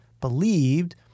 believed